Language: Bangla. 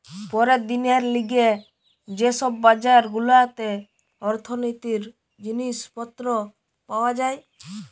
পরের দিনের লিগে যে সব বাজার গুলাতে অর্থনীতির জিনিস পত্র পাওয়া যায়